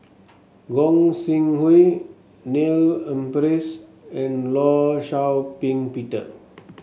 Gog Sing Hooi Neil Humphreys and Law Shau Ping Peter